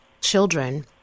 children